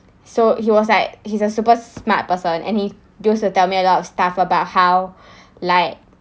so he was like he's a super smart person and he used to tell me a lot of stuff about how like